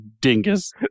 dingus